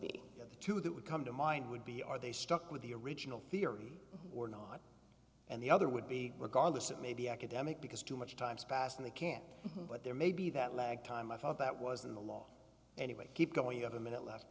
the two that would come to mind would be are they stuck with the original theory or not and the other would be regardless it may be academic because too much times past in the camp but there may be that lag time i felt that was in the law anyway keep going you have a minute left